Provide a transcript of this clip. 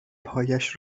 پایش